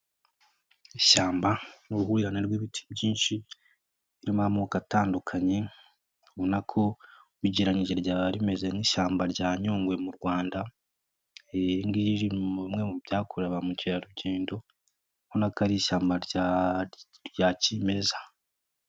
Ishyamba n'uruhurirane rw'ibiti byinshi birimo amoko atandukanye ubonako ugereranyije ryaba rimeze nk'ishyamba rya Nyungwe mu Rwanda, iri ngiri riri muri bimwe mu byakuru ba mukerarugendo ubonako ari ishyamba rya kimeza.